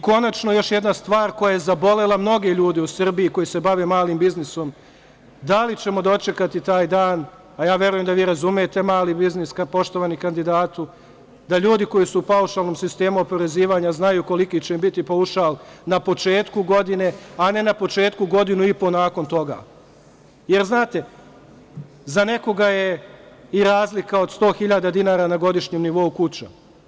Konačno, još jedna stvar koja je zabolela mnoge ljude u Srbiji koji se bave malim biznisom, da li ćemo dočekati taj dan, a ja verujem da vi razumete mali biznis, poštovani kandidatu, da ljudi koji su u paušalnom sistemu oporezivanja znaju koliki će im biti paušal na početku godine, a ne na početku godinu i po nakon toga, jer, znate, za nekoga je i razlika od sto hiljada dinara na godišnjem nivou kuća.